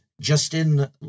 Justin